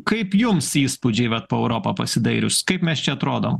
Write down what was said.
kaip jums įspūdžiai vat po europą pasidairius kaip mes čia atrodom